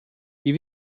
wie